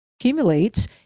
accumulates